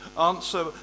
Answer